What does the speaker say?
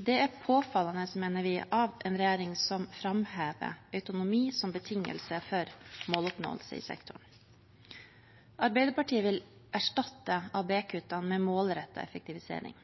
Det er påfallende, mener vi, av en regjering som framhever autonomi som betingelse for måloppnåelse i sektoren. Arbeiderpartiet vil erstatte ABE-kuttene med målrettet effektivisering.